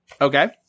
Okay